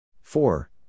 Four